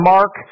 Mark